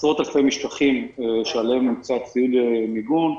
עשרות-אלפי משטחים שעליהם נמצא ציוד מיגון.